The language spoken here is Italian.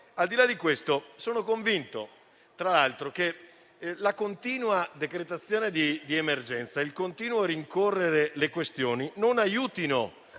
Al di là di questo, sono convinto tra l'altro che la continua decretazione di emergenza e il continuo rincorrere le questioni non aiutino